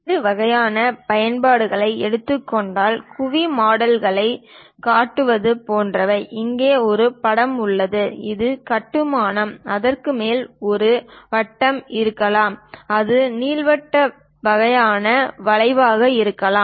பல்வேறு வகையான பயன்பாடுகள் எடுத்துக்காட்டாக குவிமாடங்களைக் கட்டுவது போன்றவை இங்கே ஒரு படம் உள்ளது ஒரு கட்டுமானம் அதற்கு மேல் அது ஒரு வட்டமாக இருக்கலாம் அது நீள்வட்ட வகையான வளைவாக இருக்கலாம்